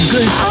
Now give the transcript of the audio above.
Good